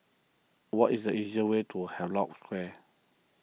what is the easiest way to Havelock Square